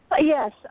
Yes